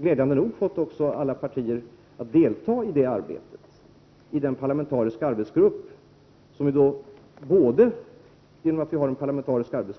Glädjande nog deltar alla partier i den parlamentariska arbetsgruppens arbete. Genom denna